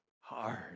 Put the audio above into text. hard